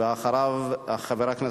על-פי הסעיף, אך ורק לוועדת